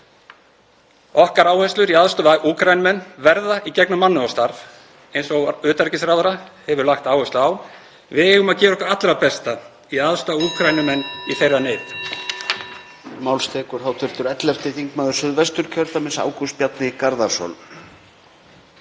Okkar áherslur í að aðstoða Úkraínumenn verða í gegnum mannúðarstarf, eins og utanríkisráðherra hefur lagt áherslu á. Við eigum að gera okkar allra besta í að aðstoða Úkraínumenn í þeirra neyð.